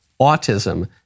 autism